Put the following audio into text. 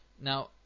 Now